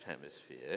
hemisphere